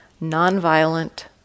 non-violent